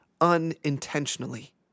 unintentionally